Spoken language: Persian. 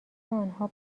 آنها